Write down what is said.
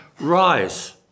rise